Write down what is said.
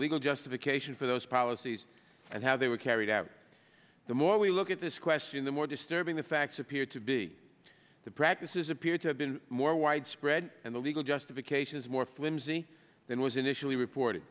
legal justification for those policies and how they were carried out the more we look at this question the more disturbing the facts appear to be the practices appear to have been more widespread and the legal justification is more flimsy than was initially report